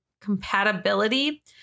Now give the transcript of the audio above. compatibility